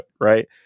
right